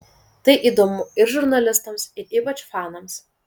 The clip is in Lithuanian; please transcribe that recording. tai įdomu ir žurnalistams ir ypač fanams